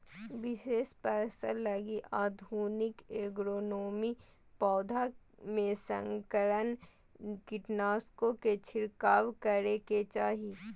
विशेष फसल लगी आधुनिक एग्रोनोमी, पौधों में संकरण, कीटनाशकों के छिरकाव करेके चाही